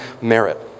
merit